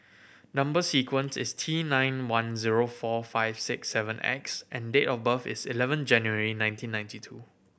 number sequence is T nine one zero four five six seven X and date of birth is eleven January nineteen ninety two